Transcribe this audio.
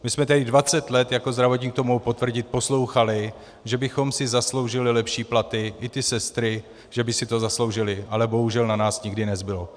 My jsme tady 20 let, jako zdravotník to mohu potvrdit, poslouchali, že bychom si zasloužili lepší platy, i ty sestry že by si to zasloužily, ale bohužel na nás nikdy nezbylo.